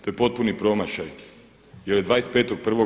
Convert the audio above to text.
To je potpuni promašaj jer je 25.1.